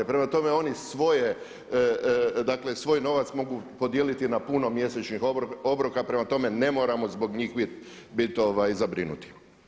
Prema tome oni svoje, dakle svoj novac mogu podijeliti na puno mjesečnih obroka, prema tome ne moramo zbog njih biti zabrinuti.